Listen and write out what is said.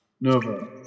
Nova